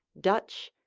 dutch,